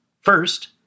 First